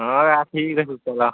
ହଁ ଆସିକି ଦେଖୁ ଚଲ୍